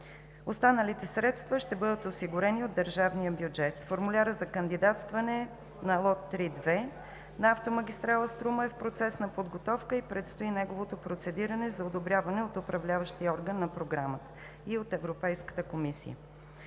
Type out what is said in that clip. Останалите средства ще бъдат осигурени от държавния бюджет. Формулярът за кандидатстване на лот 3.2 на автомагистрала „Струма“ е в процес на подготовка и предстои неговото процедиране за одобряване от Управляващия орган на Програмата и от Европейската комисия.